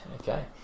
okay